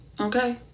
okay